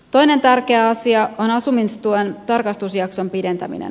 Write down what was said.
toinen tärkeä asia on asumistuen tarkastusjakson pidentäminen